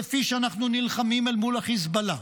כפי שאנחנו נלחמים אל מול החיזבאללה,